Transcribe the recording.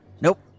Nope